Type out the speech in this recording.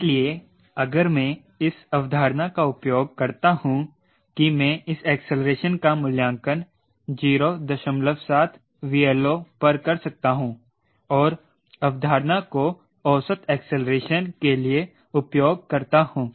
इसलिए अगर मैं इस अवधारणा का उपयोग करता हूं कि मैं इस एक्सेलरेशन का मूल्यांकन 07 𝑉LO पर कर सकता हूं और अवधारणा को औसत एक्सेलरेशन के लिए उपयोग करता हूं